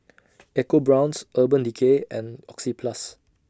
EcoBrown's Urban Decay and Oxyplus